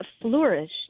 flourished